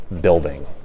building